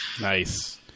Nice